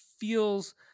feels